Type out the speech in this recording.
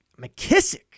McKissick